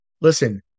listen